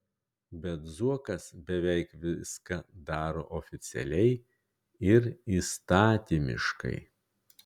bet zuokas beveik viską daro oficialiai ir įstatymiškai